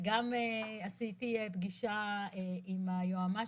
וגם עשיתי פגיעה עם היועמ"שית,